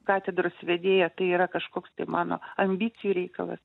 katedros vedėja tai yra kažkoks mano ambicijų reikalas